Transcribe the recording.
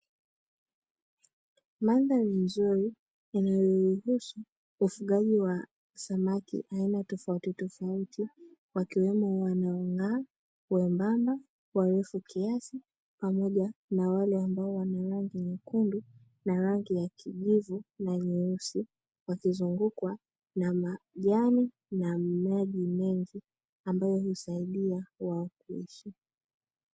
Mandhari nzuri yenye uruhusu ufugaji wa samaki aina tofauti tofauti wakiwemo wanaong'aa, wembamba, warefu kiasi pamoja na wale ambao wana rangi nyekundu na rangi ya kijivu na nyeusi, wakizungukwa na majani na maji mengi ambayo husaidia wao kuishi.